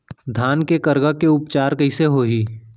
धान के करगा के उपचार कइसे होही?